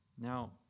now